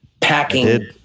packing